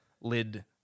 lid